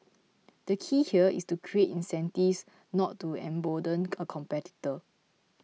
the key here is to create incentives not to embolden a competitor